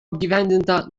apgyvendinta